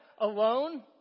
alone